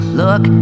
look